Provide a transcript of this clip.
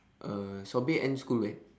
uh sobri end school when